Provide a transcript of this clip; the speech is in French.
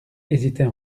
hésitait